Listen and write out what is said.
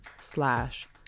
slash